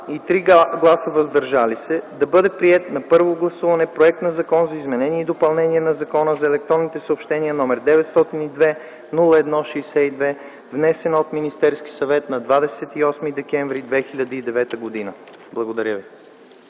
и 3 гласа „въздържали се” да бъде приет на първо гласуване Законопроект за изменение и допълнение на Закона за електронните съобщения, № 902-01-62, внесен от Министерския съвет на 28 декември 2009 г.” Благодаря.